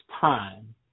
time